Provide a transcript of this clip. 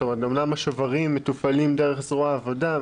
זאת אומרת שאמנם השוברים מתופעלים דרך זרוע העבודה,